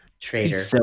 traitor